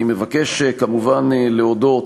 אני מבקש, כמובן, להודות